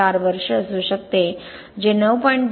4 वर्षे असू शकते जे 9